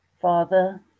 Father